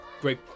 great